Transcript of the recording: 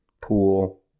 pool